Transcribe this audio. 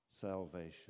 salvation